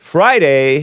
Friday